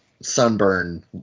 sunburn